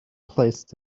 placed